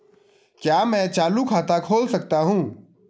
क्या मैं चालू खाता खोल सकता हूँ?